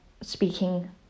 speaking